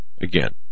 Again